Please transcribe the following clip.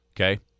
okay